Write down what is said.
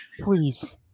please